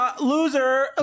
Loser